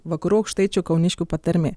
vakarų aukštaičių kauniškių patarmė